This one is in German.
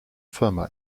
firma